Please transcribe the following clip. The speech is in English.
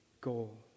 goal